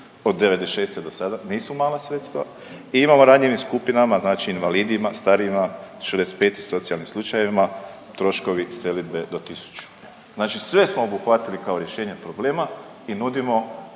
od '96. do sada nisu mala sredstva i imamo ranjivim skupinama znači invalidima, starijima od 65 i socijalnim slučajevima troškovi selidbe do tisuću. Znači sve smo obuhvatili kao rješenje problema i nudimo